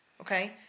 Okay